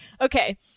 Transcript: Okay